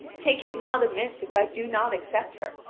take it not amiss if i do not accept her,